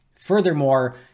Furthermore